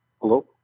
Hello